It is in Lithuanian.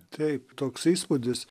taip toks įspūdis